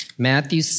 Matthew